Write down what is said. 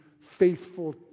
faithful